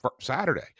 Saturday